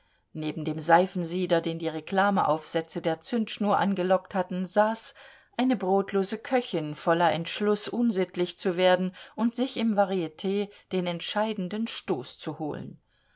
neben dem seifensieder den die reklameaufsätze der zündschnur angelockt hatten saß eine brotlose köchin voller entschluß unsittlich zu werden und sich im variet den entscheidenden stoß zu holen